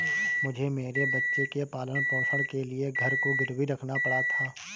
मुझे मेरे बच्चे के पालन पोषण के लिए घर को गिरवी रखना पड़ा था